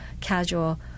casual